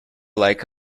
like